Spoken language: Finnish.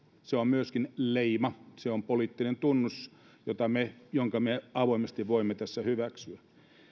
se on myöskin leima se on poliittinen tunnus jonka me avoimesti voimme tässä hyväksyä